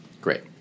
Great